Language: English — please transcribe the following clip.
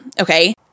okay